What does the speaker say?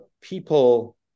people